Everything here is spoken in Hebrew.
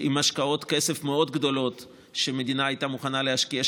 עם השקעות כסף מאוד גדולות שהמדינה הייתה מוכנה להשקיע,